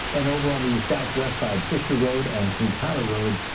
and over on the southwest side, fisher road and quintana road,